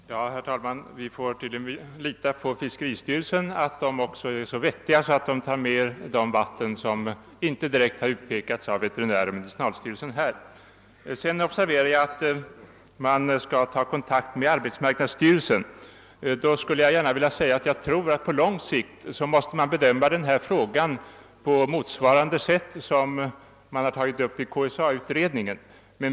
Herr talman! Vi får tydligen lita på att fiskeristyrelsen också är så vettig att den tar med även de vatten som inte direkt har pekats ut av veterinärstyrelsen och medicinalstyrelsen. Jag har observerat att fiskeristyrelsen enligt jordbruksministerns svar skall ta kontakt med arbetsmarknadsstyrelsen. På lång sikt måste man nog bedöma denna fråga på motsvarande sätt som man gjort i KSA-utredningen.